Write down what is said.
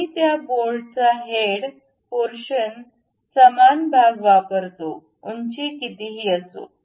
आम्ही त्या बोल्टच्या हेड पोर्शन चा समान भाग वापरतो उंची कितीही असो